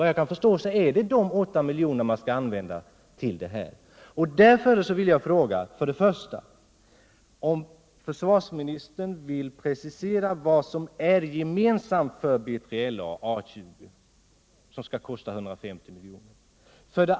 Såvitt jag förstår är det dessa 8 milj.kr. som man skall använda i detta sammanhang. Jag vill därför ställa två frågor till försvarsministern. Vill försvarsministern för det första precisera vad som är gemensamt för BILA och A 20 och som skall kosta 150 miljoner?